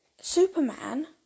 Superman